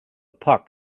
puck